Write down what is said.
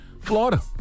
Florida